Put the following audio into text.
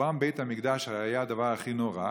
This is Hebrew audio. שחורבן בית המקדש היה הדבר הכי נורא.